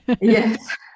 Yes